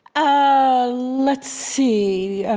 ah let's see. and